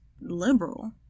liberal